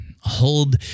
hold